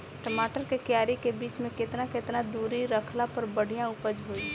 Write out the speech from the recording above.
टमाटर के क्यारी के बीच मे केतना केतना दूरी रखला पर बढ़िया उपज होई?